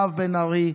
מירב בן ארי,